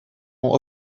ont